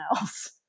else